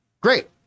great